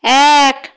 এক